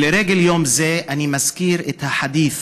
ולרגל יום זה אני מזכיר את החדית',